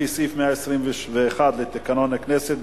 לפי סעיף 121 לתקנון הכנסת,